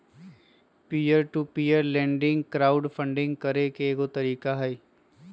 peer to peer lending crowdfunding करे के एगो तरीका हई